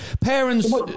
Parents